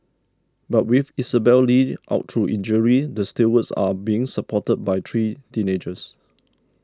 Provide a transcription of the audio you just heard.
but with Isabelle Li out through injury the stalwarts are being supported by three teenagers